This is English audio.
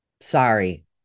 Sorry